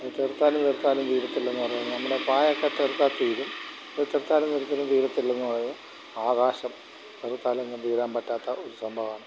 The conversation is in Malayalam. അത് തെറുത്താലും തെറുത്താലും തീരത്തില്ലെന്ന് പറയുന്നത് നമ്മുടെ പായൊക്കെ തെറുത്താൽ തീരും അപ്പോൾ തെറുത്താലും തെറുത്താലും തീരത്തില്ലെന്ന് പറയും ആകാശം തെറുത്താലും പറഞ്ഞു തീരാൻ പറ്റാത്ത ഒരു സംഭമാണ്